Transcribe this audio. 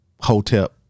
hotel